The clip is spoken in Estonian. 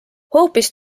hoopis